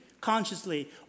consciously